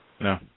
No